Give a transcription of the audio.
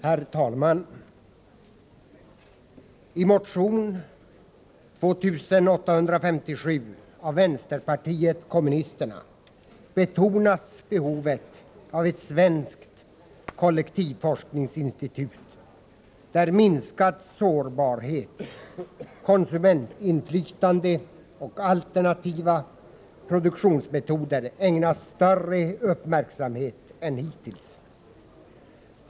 Herr talman! I motion 2857 av vänsterpartiet kommunisterna betonas behovet av ett svenskt kollektivforskningsinstitut där minskad sårbarhet, konsumentinflytande och alternativa produktionsmetoder ägnas större uppmärksamhet än hittills.